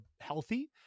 healthy